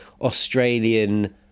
Australian